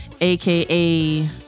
aka